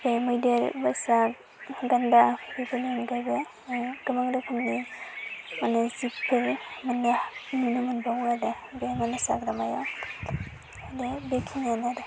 बे मैदेर मोसा गान्दा बेफोरनि अनगायैबो गोबां रोखोमनि जिबफोर मोननो नुनो मोनबावो आरो बे मानास हाग्रामायाव दे बे बेखिनियानो आरो